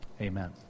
Amen